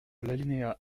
l’alinéa